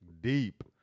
deep